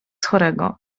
chorego